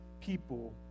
people